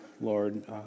Lord